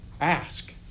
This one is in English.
Ask